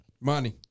Money